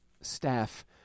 staff